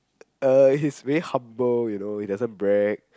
uh he's very humble you know he doesn't brag